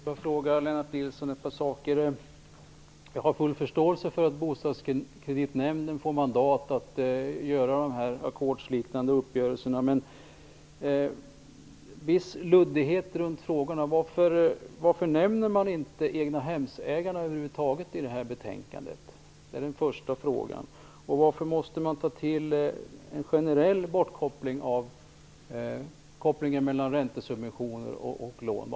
Herr talman! Jag vill ställa ett par frågor till Lennart Nilsson. Jag har full förståelse för att Bostadskreditnämnden får mandat att göra ackordsliknande uppgörelser, men det råder en viss luddighet omkring detta. Varför nämner man över huvud taget inte egnahemsägarna i detta betänkande? Det är den första frågan. Varför måste man vidare generellt avskaffa kopplingen mellan räntesubventioner och lån?